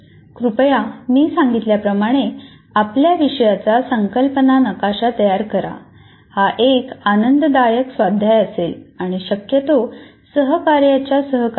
कृपया मी सांगितल्याप्रमाणे आपल्या विषयाचा संकल्पना नकाशा तयार करा हा एक आनंददायक स्वाध्याय असेल आणि शक्यतो सहकार्याच्या सहकार्याने